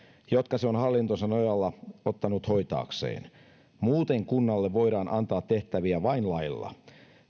jotka se on itsehallintonsa nojalla ottanut hoitaakseen muuten kunnalle voidaan antaa tehtäviä vain lailla